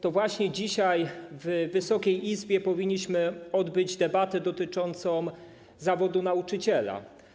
To właśnie dzisiaj w Wysokiej Izbie powinniśmy odbyć debatę dotyczącą zawodu nauczyciela.